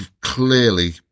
Clearly